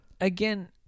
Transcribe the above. again